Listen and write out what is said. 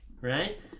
Right